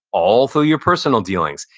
all through your personal dealings.